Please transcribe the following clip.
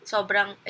Sobrang